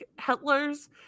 Hitlers